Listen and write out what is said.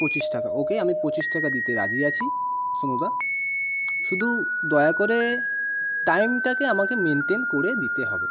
পঁচিশ টাকা ওকে আমি পঁচিশ টাকা দিতে রাজি আছি সনুদা শুধু দয়া করে টাইমটাকে আমাকে মেনটেন করে দিতে হবে